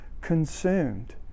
consumed